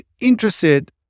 interested